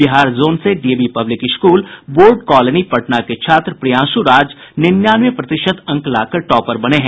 Bihar zone से DAV public school board colony Patna के छात्र प्रियांशु राज निन्यानवे प्रतिशत अंक टॉपर बने हैं